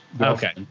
Okay